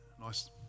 Nice